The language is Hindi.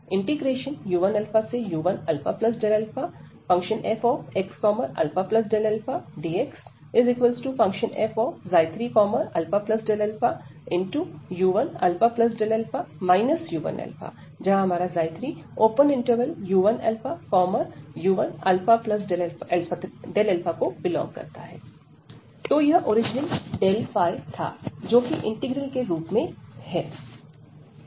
u1u1αΔαfxαΔαdxf3αΔαu1αΔα u1 3u1u1αΔα तो यह ओरिजिनल ΔΦ था जो कि इंटीग्रल के रूप में है